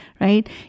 right